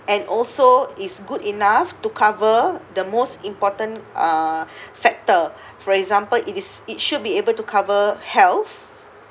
and also is good enough to cover the most important uh factor for example it is it should be able to cover health